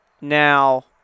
Now